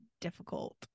difficult